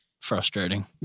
frustrating